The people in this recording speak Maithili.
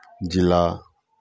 जिला